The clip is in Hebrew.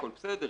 הכול בסדר.